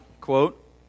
quote